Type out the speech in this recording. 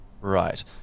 Right